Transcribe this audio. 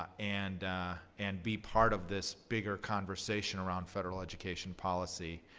ah and and be part of this bigger conversation around federal education policy.